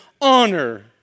honor